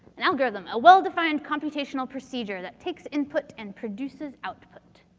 an algorithm, a well defined computational procedure that takes input and produces output.